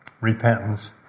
repentance